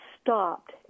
stopped